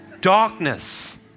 darkness